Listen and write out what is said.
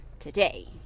Today